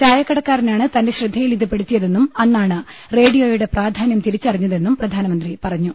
ചായക്കടക്കാരനാണ് തന്റെ ശ്രദ്ധയിൽ ഇത് പെടുത്തിയതെന്നും അന്നാണ് റേഡിയോയുടെ പ്രധാന്യം തിരിച്ചറിഞ്ഞതെന്നും പ്രധാനമന്ത്രി പറഞ്ഞു